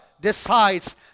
decides